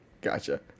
Gotcha